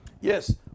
Yes